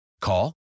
call